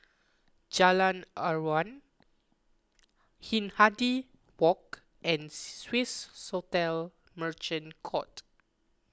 Jalan Aruan Hindhede Walk and Swissotel Merchant Court